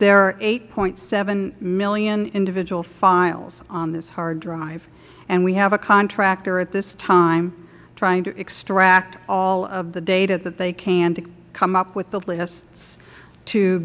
are eight point seven million individual files on this hard drive and we have a contractor at this time trying to extract all of the data that they can to come up with the lists t